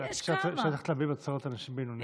כשאת הולכת להבימה, את רוצה לראות אנשים בינוניים?